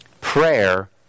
Prayer